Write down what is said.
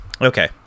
Okay